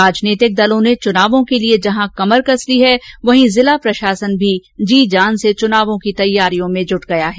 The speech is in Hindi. राजनीतिक दलों ने चुनावों के लिए जहां कमर कस ली हैं वहीं जिला प्रशासन भी जी जान से चुनाव की तैयारियों में जुट गया है